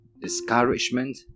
discouragement